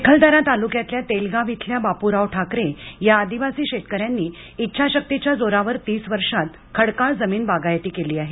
चिखलदरा तालुक्यातल्या तेलगाव इथल्या बापूराव ठाकरे या आदिवासी शेतकऱ्यांनी इच्छाशक्तीच्या जोरावर तीस वर्षात खडकाळ जमीन बागायती केली आहे